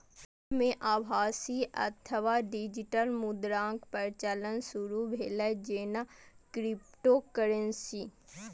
हाल मे आभासी अथवा डिजिटल मुद्राक प्रचलन शुरू भेलै, जेना क्रिप्टोकरेंसी